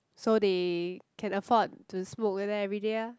so they can afford to smoke there everyday uh